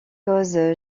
cause